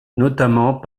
notamment